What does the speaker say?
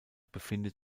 befindet